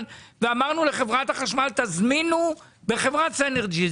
ואמרנו לחברת החשמל תזמינו מחברת סינרג’י,